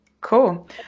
Cool